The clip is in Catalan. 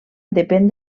depèn